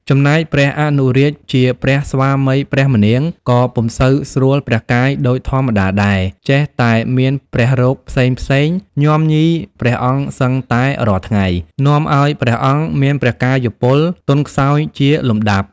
ចំណែកព្រះអនុរាជជាព្រះស្វាមីព្រះម្នាង ក៏ពុំសូវស្រួលព្រះកាយដូចធម្មតាដែរ ចេះតែមានព្រះរោគផ្សេងៗ ញាំញីព្រះអង្គសឹងតែរាល់ថ្ងៃ នាំឲ្យព្រះអង្គមានព្រះកាយពលទន់ខ្សោយជាលំដាប់ ។